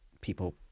people